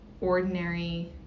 ordinary